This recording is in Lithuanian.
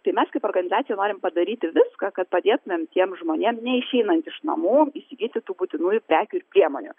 tai mes kaip organizacija norim padaryti viską kad padėtumėm tiems žmonėm neišeinant iš namų įsigyti tų būtinųjų prekių ir priemonių